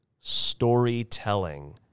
Storytelling